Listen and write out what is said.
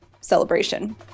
celebration